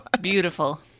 Beautiful